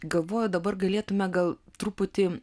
galvoju dabar galėtume gal truputį